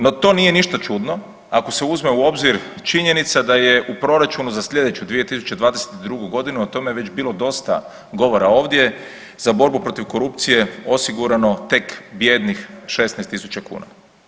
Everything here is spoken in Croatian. No to nije ništa čudno ako se uzme u obzir činjenica da je u proračunu za sljedeću 2022. godinu o tome već bilo dosta govora ovdje za borbu protiv korupcije osigurano tek bijednih 16000 kuna.